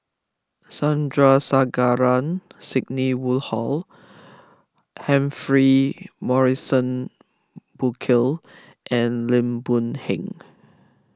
Sandrasegaran Sidney Woodhull Humphrey Morrison Burkill and Lim Boon Heng